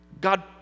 God